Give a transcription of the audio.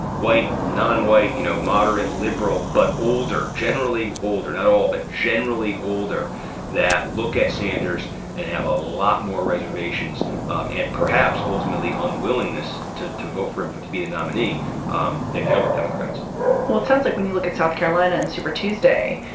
white, nonwhite, you know, moderate, liberal, but older, generally older, not all but generally older that look at sanders and have a lot more reservations um and perhaps ultimately unwillingness to to vote for him, but to be the nominee um than younger democrats well, it sounds like when you look at south carolina and super tuesday,